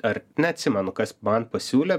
ar neatsimenu kas man pasiūlė